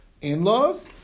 in-laws